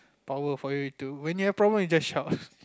power for you to when you have problem you just shout